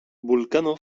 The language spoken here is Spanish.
vulcano